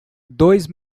dois